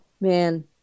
Man